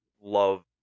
love